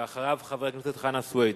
ואחריו, חבר הכנסת חנא סוייד.